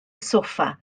soffa